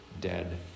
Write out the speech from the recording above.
dead